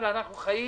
אבל אנחנו חיים